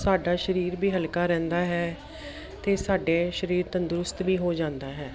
ਸਾਡਾ ਸਰੀਰ ਵੀ ਹਲਕਾ ਰਹਿੰਦਾ ਹੈ ਅਤੇ ਸਾਡੇ ਸਰੀਰ ਤੰਦਰੁਸਤ ਵੀ ਹੋ ਜਾਂਦਾ ਹੈ